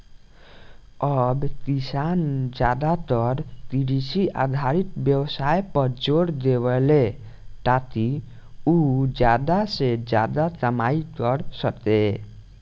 अब किसान ज्यादातर कृषि आधारित व्यवसाय पर जोर देवेले, ताकि उ ज्यादा से ज्यादा कमाई कर सके